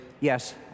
yes